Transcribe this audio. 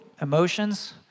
emotions